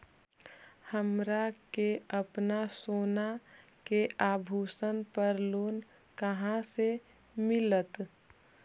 हमरा के अपना सोना के आभूषण पर लोन कहाँ से मिलत?